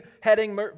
heading